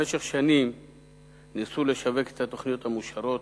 במשך שנים ניסו לשווק את התוכניות המאושרות,